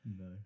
No